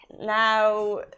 Now